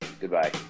Goodbye